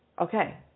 Okay